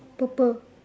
purple